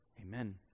Amen